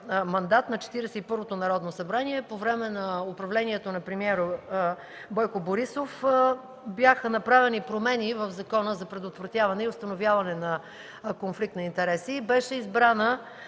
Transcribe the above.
първото Народно събрание, по време на управлението на премиера Бойко Борисов, бяха направени промени в Закона за предотвратяване и установяване на конфликт на интереси. Беше избрана